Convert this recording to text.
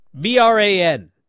B-R-A-N